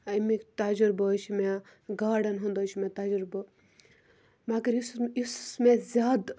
اَمیُک تجرُبہٕ حظ چھُ مےٚ گاڈَن ہُِنٛد حظ چھُ مےٚ تجرُبہٕ مگر یُس مےٚ زیادٕ